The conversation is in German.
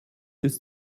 ist